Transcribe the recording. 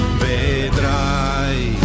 vedrai